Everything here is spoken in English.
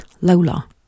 lola